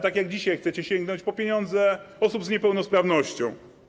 Tak jak dzisiaj - chcecie sięgnąć po pieniądze osób z niepełnosprawnością.